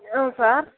ಹ್ಞೂ ಸಾರ್